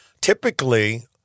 typically